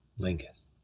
lingus